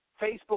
Facebook